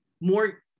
more